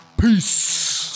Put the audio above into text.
Peace